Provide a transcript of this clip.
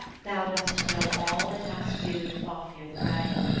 thou dost know all that has to do with fafnir the dragon,